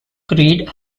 creed